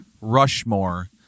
Rushmore